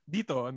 Dito